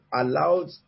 allowed